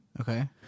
Okay